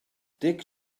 dic